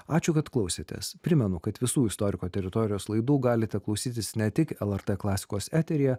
ačiū kad klausėtės primenu kad visų istoriko teritorijos laidų galite klausytis ne tik lrt klasikos eteryje